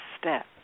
step